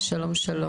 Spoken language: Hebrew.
שלום שלום.